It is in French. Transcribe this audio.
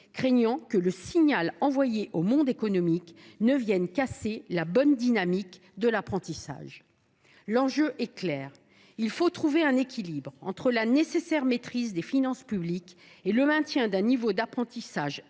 alors que le signal envoyé au monde économique ne vienne briser la bonne dynamique de l’apprentissage. L’enjeu est clair : il faut trouver un équilibre entre la nécessaire maîtrise des finances publiques et le maintien d’un niveau d’apprentissage élevé